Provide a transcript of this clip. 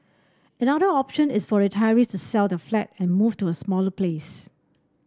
another option is for retirees to sell their flat and move to a smaller place